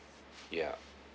yeah